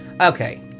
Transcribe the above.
okay